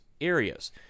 areas